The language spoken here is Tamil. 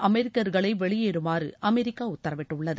அமெரிக்கா்களை வெளியேறுமாறு அமெரிக்கா உத்தரவிட்டுள்ளது